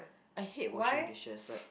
I hate washing dishes like